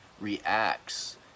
reacts